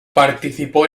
participó